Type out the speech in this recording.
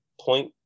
Point